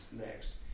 next